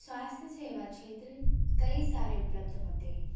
स्वास्थ्य सेवा क्षेत्र कई सारे उपलब्ध होते हैं